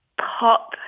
pop